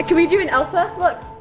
can we do an elsa? look.